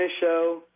Show